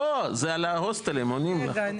לא זה על ההוסטלים עונים לך.